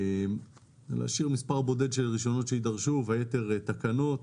אנחנו רוצים להשאיר מספר בודד של רישיונות שיידרשו - היתר בתקנות.